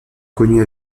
connue